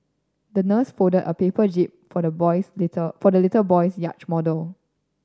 the nurse fold a paper jib for the boys little for the little boy's yacht model